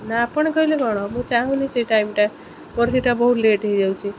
ନା ଆପଣ କହିଲେ କ'ଣ ମୁଁ ଚାହୁଁନି ସେ ଟାଇମ୍ଟା ମୋର ହେଇଟା ବହୁତ ଲେଟ୍ ହେଇଯାଉଛି